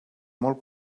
molt